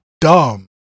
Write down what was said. dumb